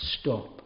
stop